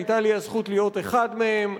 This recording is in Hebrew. היתה לי הזכות להיות אחד מהם,